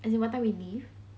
as in what time we leave